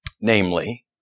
namely